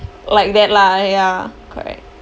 like that lah ya correct